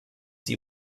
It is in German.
sie